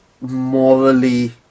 morally